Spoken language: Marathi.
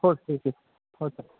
हो ठीक आहे हो सर